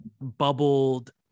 bubbled